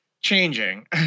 changing